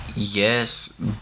Yes